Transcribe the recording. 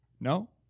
No